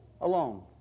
alone